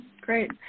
Great